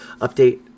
update